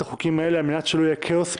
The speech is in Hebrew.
החוקים האלה על מנת שלא יהיה כאוס במדינה,